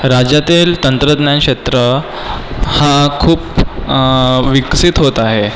राज्यातील तंत्रज्ञान क्षेत्र हा खूप विकसित होत आहे